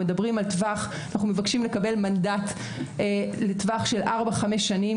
אנחנו מבקשים לקבל מנדט לטווח של 4-5 שנים